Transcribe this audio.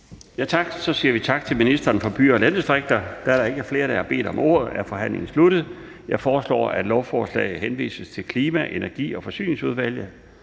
Laustsen): Så siger vi tak til ministeren for byer og landdistrikter. Da der ikke er flere, der har bedt om ordet, er forhandlingen sluttet. Jeg foreslår, at lovforslaget henvises til Klima-, Energi- og Forsyningsudvalget,